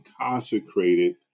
consecrated